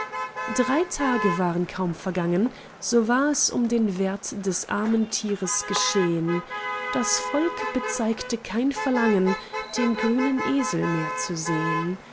drei tage waren kaum vergangen so war es um den wert des armen tiers geschehn das volk bezeigte kein verlangen den grünen esel mehr zu sehn